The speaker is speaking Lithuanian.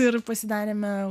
ir pasidarėme